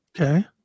Okay